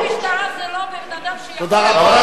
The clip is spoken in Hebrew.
משטרה, זה לא בן-אדם שיכול, תודה רבה.